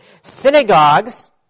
Synagogues